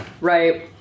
Right